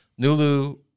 Nulu